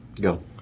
Go